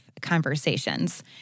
conversations